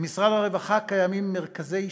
במשרד הרווחה קיימים מרכזי שי"ל,